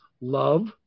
love